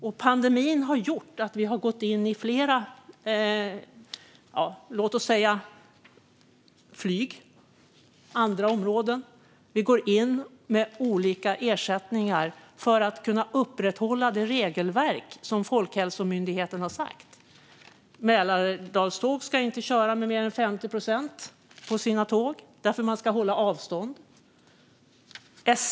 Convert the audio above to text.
Och pandemin har gjort att vi har gått in på flera områden, till exempel flyget och andra områden, med olika ersättningar för att kunna upprätthålla Folkhälsomyndighetens regelverk. Mälardalstrafik ska inte köra med mer än 50 procents beläggning på sina tåg för att det ska gå att hålla avstånd.